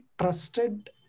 trusted